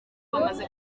bamaze